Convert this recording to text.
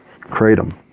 kratom